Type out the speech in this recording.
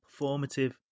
performative